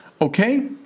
Okay